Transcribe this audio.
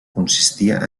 consistia